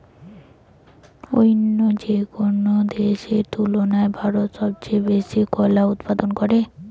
অইন্য যেকোনো দেশের তুলনায় ভারত সবচেয়ে বেশি কলা উৎপাদন করে